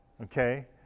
Okay